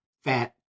fat